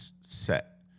set